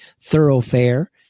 thoroughfare